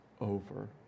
over